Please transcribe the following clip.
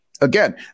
again